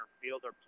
fielder